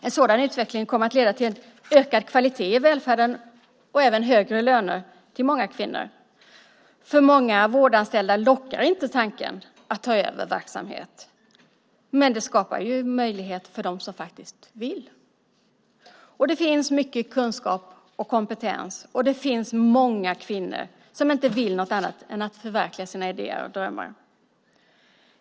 En sådan utveckling kommer att leda till ökad kvalitet i välfärden och även högre löner till många kvinnor. För många vårdanställda lockar inte tanken att ta över verksamhet. Men det skapar möjligheter för dem som faktiskt vill. Det finns mycket kunskap och kompetens, och det finns många kvinnor som inte vill något annat än att förverkliga sina idéer och drömmar.